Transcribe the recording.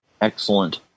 Excellent